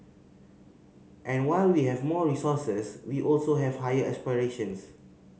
and while we have more resources we also have higher aspirations